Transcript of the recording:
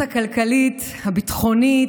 הביטחונית,